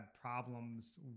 problems